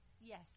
Yes